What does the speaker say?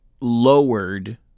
lowered